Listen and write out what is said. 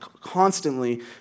constantly